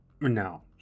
No